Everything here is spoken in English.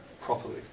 properly